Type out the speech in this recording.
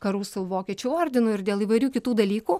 karų su vokiečių ordinu ir dėl įvairių kitų dalykų